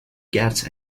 gets